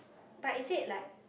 but is it like